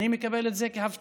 אני מקבל את זה כהבטחה.